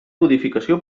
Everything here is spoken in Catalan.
codificació